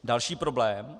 Další problém.